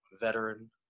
veteran